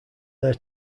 their